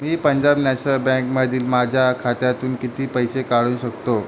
मी Punjab national बँकमधील माझ्या खात्यातून किती पैसे काढू शकतो